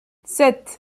sept